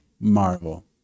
marvel